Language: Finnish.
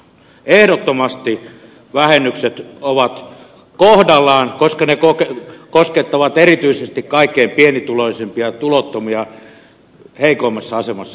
ehdottomasti vähennykset ovat kohdallaan koska ne koskettavat erityisesti kaikkein pienituloisimpia ja tulottomia heikoimmassa asemassa olevia